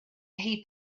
heap